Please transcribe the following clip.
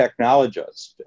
technologist